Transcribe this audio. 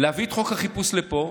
להביא את חוק החיפוש לפה,